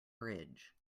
bridge